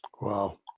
Wow